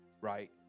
Right